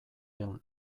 ehun